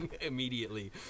immediately